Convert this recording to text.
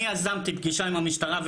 אני יזמתי פגישה עם המשטרה.